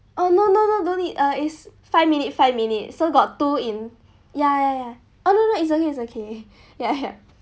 oh no no no no need ah is five minute five minute so got two in ya ya ya oh no no it's okay it's okay ya ya